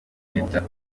leta